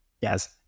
Yes